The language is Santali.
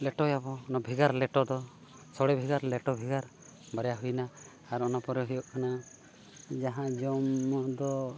ᱞᱮᱴᱚᱭᱟ ᱵᱚ ᱚᱱᱟ ᱵᱷᱮᱜᱟᱨ ᱞᱮᱴᱚ ᱫᱚ ᱥᱚᱲᱮ ᱵᱷᱮᱜᱟᱨ ᱞᱮᱴᱚ ᱵᱷᱮᱜᱟᱨ ᱵᱟᱨᱭᱟ ᱦᱩᱭᱱᱟ ᱟᱨ ᱚᱱᱟ ᱯᱚᱨᱮ ᱦᱩᱭᱩᱜ ᱠᱟᱱᱟ ᱡᱟᱦᱟᱸ ᱡᱚᱢᱼ ᱧᱩᱣᱟᱜ ᱫᱚ